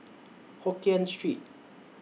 Hokkien Street